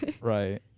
right